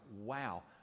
wow